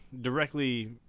directly